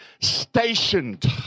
stationed